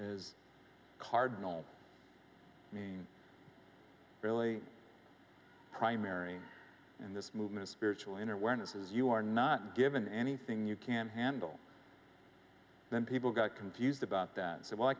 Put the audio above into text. is cardinal meaning really primary in this movement spiritual inner awareness is you are not given anything you can handle then people got confused about that and said well i